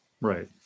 Right